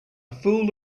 fool